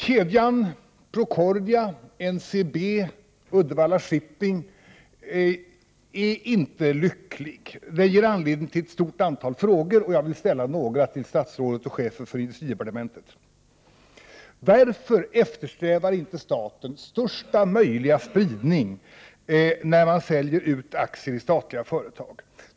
Kedjan bestående av Procordia, NCB och Uddevalla Shipping är inte lycklig. Den ger anledning till ett stort antal frågor, och jag vill ställa några till industriministern. Varför eftersträvar staten inte största möjliga spridning när den säljer ut aktier i statliga företag?